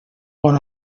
bon